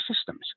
systems